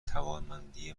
توانمندی